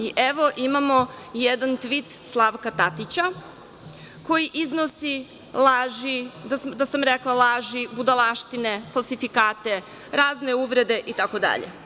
I evo, imamo jedan tvit Slavka Tatića, koji iznosi da sam rekla laži budalaštine, falsifikate, razne uvrede itd.